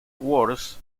wars